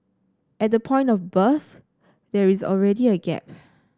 at the point of birth there is already a gap